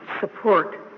support